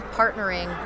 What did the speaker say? partnering